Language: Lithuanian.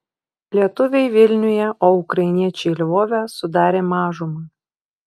lietuviai vilniuje o ukrainiečiai lvove sudarė mažumą